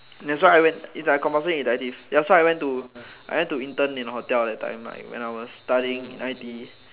that's why I went it's like compulsory elective ya so I went to I went to intern in a hotel that time like when I was studying in I_T_E